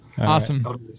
Awesome